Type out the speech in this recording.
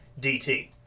DT